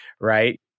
right